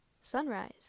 sunrise